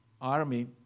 army